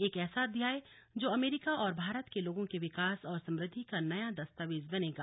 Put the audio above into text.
एक ऐसा अध्याय जो अमेरिका और भारत के लोगों के विकास और समृद्धि का नया दस्तावेज बनेगा